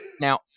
Now